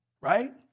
right